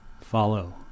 follow